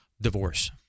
divorce